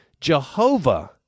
Jehovah